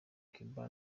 cuba